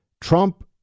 Trump